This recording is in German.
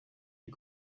die